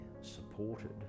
supported